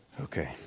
Okay